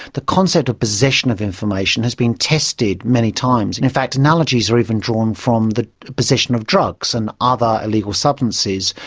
the concept of possession of information has been tested many times, and in fact analogies are even drawn from the possession of drugs and other illegal substances,